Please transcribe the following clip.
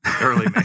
Early